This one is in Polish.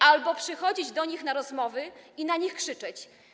Albo przychodzić do nich na rozmowy i na nich krzyczeć?